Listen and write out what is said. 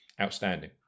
Outstanding